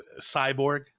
cyborg